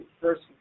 First